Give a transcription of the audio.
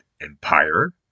Empire